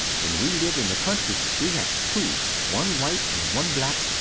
when we live in the country we have two, one white and one black,